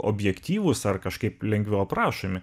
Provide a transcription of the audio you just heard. objektyvūs ar kažkaip lengviau aprašomi